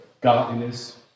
Godliness